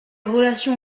relations